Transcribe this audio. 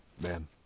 man